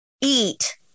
eat